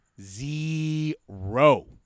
zero